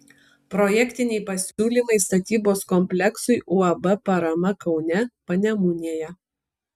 projektiniai pasiūlymai statybos kompleksui uab parama kaune panemunėje